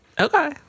Okay